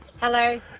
Hello